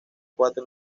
cuatro